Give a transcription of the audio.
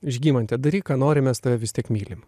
žygimante daryk ką nori mes tave vis tiek mylim